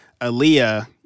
Aaliyah